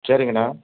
சரிங்கண்ணா